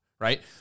right